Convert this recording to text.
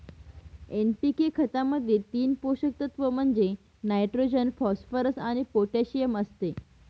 NPK खतामध्ये तीन पोषक तत्व म्हणजे नायट्रोजन, फॉस्फरस आणि पोटॅशियम असते